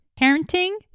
Parenting